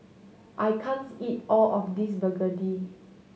I can't eat all of this begedil